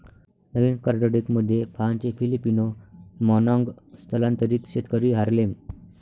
नवीन card डेकमध्ये फाहानचे Filipino मानॉन्ग स्थलांतरित शेतकरी हार्लेम